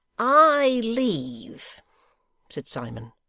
i leave said simon,